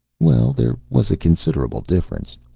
well, there was a considerable difference.